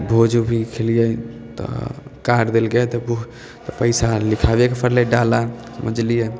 भोजो भी खेलियै तऽ कार्ड देलकै तऽ पैसा लिखाबैके परलै डाला बुझलियै